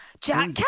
Jack